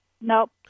Nope